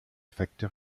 facteur